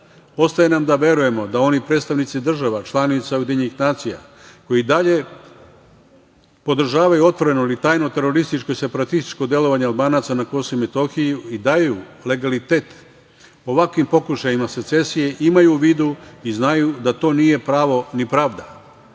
Ostaje nam da verujemo da oni predstavnici država, članica UN koje i dalje podržavaju otvoreno ili tajno terorističko i separatističko delovanje Albanaca na Kosovu i Metohiji i daju legalitet ovakvim pokušajima secesije imaju u vidu i znaju da to nije pravo ni pravda.